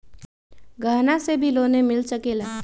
गहना से भी लोने मिल सकेला?